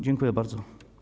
Dziękuję bardzo.